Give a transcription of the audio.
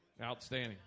Outstanding